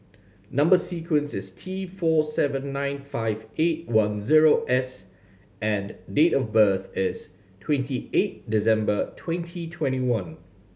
number sequence is T four seven nine five eight one zero S and date of birth is twenty eight December twenty twenty one